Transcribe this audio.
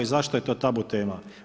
Zašto je to tabu tema?